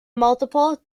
multiple